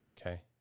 Okay